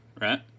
right